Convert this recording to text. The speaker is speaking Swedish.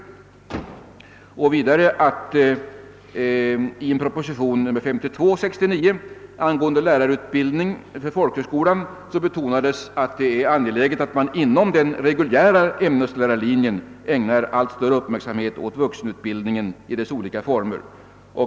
Där framhålles vidare att det i propositionen 52 år 1969 angående lärarutbildning för folkhögskolan betonades, att det är angeläget att man inom den reguljära ämneslärarlinjen ägnar allt större uppmärksamhet åt vuxenutbildningen i dess olika former.